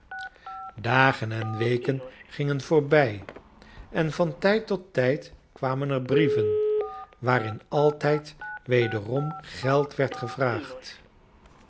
dagen en weken gingen voorbij en van tijd tot tijd kwamen er brieven waarin altijd wederom geld werd gevraagd